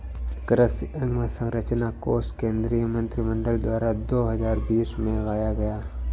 कृषि अंवसरचना कोश केंद्रीय मंत्रिमंडल द्वारा दो हजार बीस में लाया गया